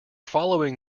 following